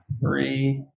Three